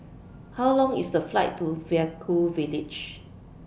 How Long IS The Flight to Vaiaku Village